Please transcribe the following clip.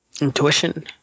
Intuition